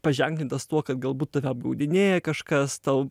paženklintas tuo kad galbūt tave apgaudinėja kažkas tau